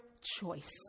choice